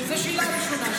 זו שאלה ראשונה.